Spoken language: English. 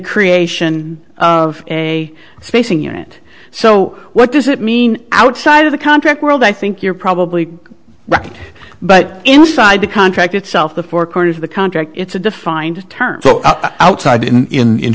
creation of a spacing unit so what does it mean outside of the contract world i think you're probably right but inside the contract itself the four corners of the contract it's a defined term outside in